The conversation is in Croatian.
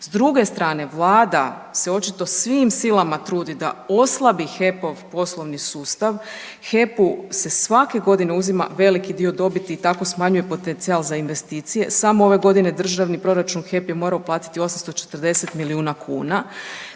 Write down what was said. S druge strane Vlada se očito svim silama trudi da oslabi HEP-ov poslovni sustav. HEP-u se svake godine uzima veliki dio dobiti i tako smanjuje potencijal za investicije. Samo ove godine u državni proračun HEP je morao uplatiti 840 milijuna kuna.